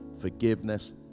Forgiveness